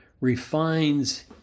refines